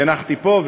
והנחתי פה,